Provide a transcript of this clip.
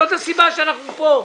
זאת הסיבה שאנחנו פה.